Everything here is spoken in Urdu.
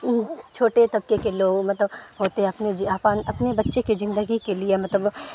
چھوٹے طبقے کے لوگ مطلب ہوتے ہیں اپنے اپنے بچے کے زندگی کے لیے مطلب